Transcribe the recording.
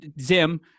Zim